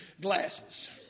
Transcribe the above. glasses